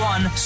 One